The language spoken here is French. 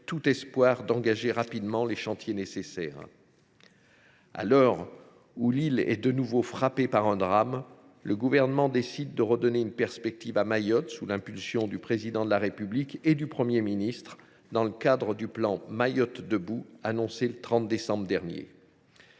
tout espoir d’engager rapidement les chantiers nécessaires. À l’heure où l’île est de nouveau frappée par un drame, le Gouvernement décide de redonner une perspective à Mayotte, sous l’impulsion du Président de la République et du Premier ministre, dans le cadre du plan « Mayotte debout » annoncé le 30 décembre dernier.